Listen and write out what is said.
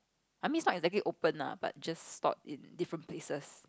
I mean it's not exactly open lah but just stored in different places